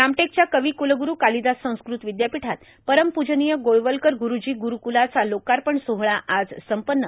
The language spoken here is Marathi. रामटेकच्या कविकुलगुरू कालिदास संस्कृत विद्यापीठात परमपूजनीय गोळवलकर गुरूजी गुरूकुलाचा लोकार्पण सोहळा आज संपन्न